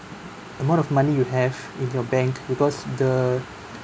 amount of money you have in your bank because the